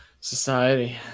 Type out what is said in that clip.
Society